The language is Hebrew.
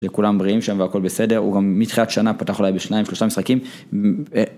וכולם בריאים שהם והכל בסדר הוא גם מתחילת שנה פתח עליי בשניים שלושה משחקים.